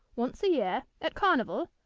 once a year, at carnival,